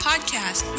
Podcast